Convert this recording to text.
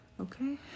Okay